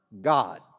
God